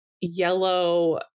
yellow